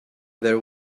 there